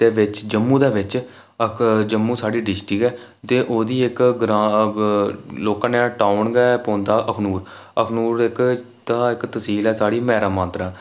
दे बिच जम्मू दे बिच जम्मू साढ़ी डिस्ट्रिक ऐ ते ओह्दा इक ग्रां लौह्का नेहा टाऊन गै पौंदा अखनूर अखनूर इक तसील ऐ साढ़ी मैरा मांदरा